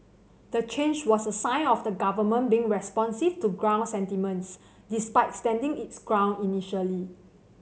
the change was a sign of the government being responsive to ground sentiments despite standing its ground initially